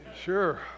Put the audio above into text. Sure